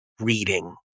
reading